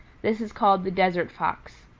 this is called the desert fox.